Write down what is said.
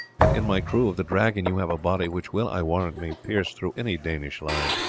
and in my crew of the dragon you have a body which will, i warrant me, pierce through any danish line.